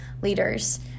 leaders